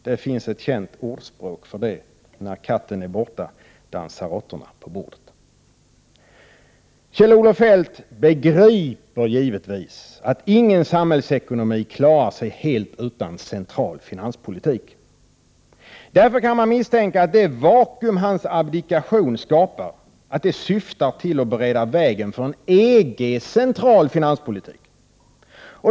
Det finns ett känt ordspråk för det: När katten är borta dansar råttorna på bordet. Kjell-Olof Feldt begriper givetvis att ingen samhällsekonomi klarar sig helt utan central finanspolitik. Därför kan man misstänka att det vakuum som hans abdikation skapar syftar till att bereda vägen för en EG-central finanspolitik.